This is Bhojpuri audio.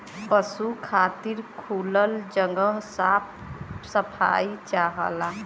पसु खातिर खुलल जगह साफ सफाई चाहला